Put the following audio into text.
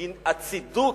כי הצידוק,